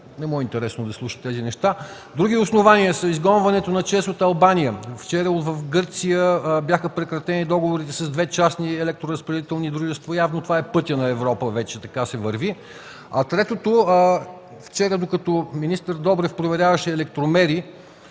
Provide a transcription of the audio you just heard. с народен представител.) Други основания са изгонването на ЧЕЗ от Албания. Вчера в Гърция бяха прекратени договорите с две частни електроразпределителни дружества. Явно това е пътят на Европа, вече така се върви. Третото – вчера, докато министър Добрев проверяваше електромери,